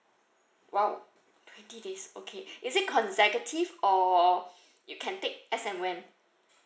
!wow! twenty days okay is it consecutive or you can take as and when